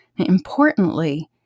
importantly